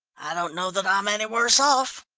i don't know that i'm any worse off.